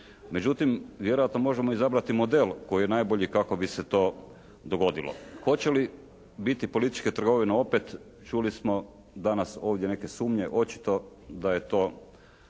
Međutim, vjerojatno možemo izabrati model koji je najbolji kako bi se to dogodilo. Hoće li biti političke trgovina opet čuli smo danas ovdje neke sumnje. Očito da je to